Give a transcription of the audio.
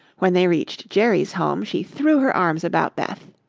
when they reached jerry's home, she threw her arms about beth.